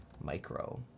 Micro